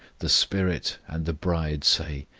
the spirit and the bride say,